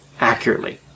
accurately